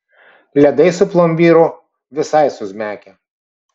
ledai su plombyru visai suzmekę